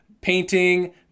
painting